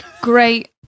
great